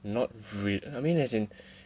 not really I mean as in